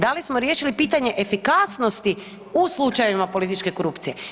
Da li smo riješili pitanje efikasnosti u slučajevima političke korupcije?